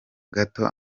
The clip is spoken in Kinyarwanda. gato